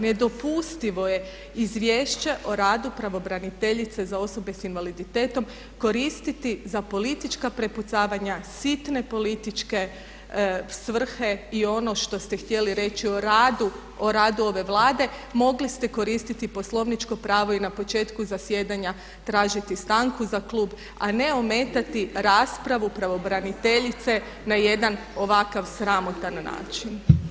Nedopustivo je izvješće o radu pravobraniteljice za osobe s invaliditetom koristiti za politička prepucavanja sitne političke svrhe i ono što ste htjeli reći o radu ove Vlade mogli ste koristiti poslovničko pravo i na početku zasjedanja tražiti stanku za klub a ne ometati raspravu pravobraniteljice na jedan ovakav sramotan način.